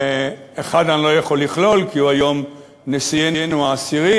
אחד אני לא יכול לכלול כי הוא היום נשיאנו העשירי,